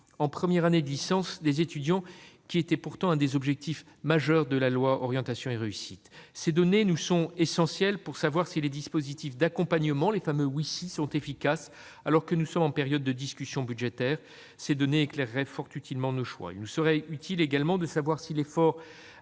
en première année de licence des étudiants, dont l'amélioration était pourtant l'un des objectifs majeurs de la loi Orientation et réussite des étudiants. Ces données nous sont essentielles pour savoir si les dispositifs d'accompagnement, les fameux « oui si », sont efficaces. Alors que nous sommes en période de discussion budgétaire, ces données éclaireraient fort utilement nos choix. Il nous serait également utile de savoir si l'effort